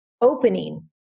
opening